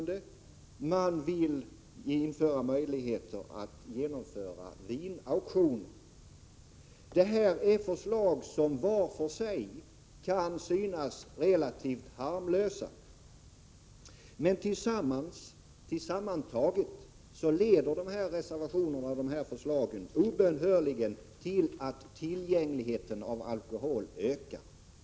Dessutom vill de att det skall skapas möjligheter att genomföra vinauktioner. Dessa förslag kan vart och ett för sig synas relativt harmlösa, men sammantaget leder förslagen i reservationerna, om de antas, obönhörligen till att tillgängligheten till alkohol ökar.